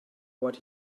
what